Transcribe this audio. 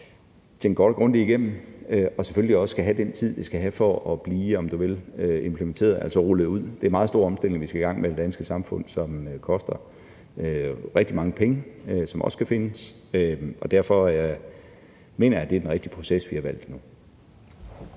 tænkt godt og grundigt igennem, og at det selvfølgelig også får den tid, som det skal have, for at det skal blive implementeret, altså rulles ud. Det er meget store omstillinger, vi skal i gang med i det danske samfund, som koster rigtig mange penge, som også skal findes, og derfor mener jeg, at det er den rigtige proces, som vi har valgt nu.